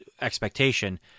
expectation